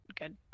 good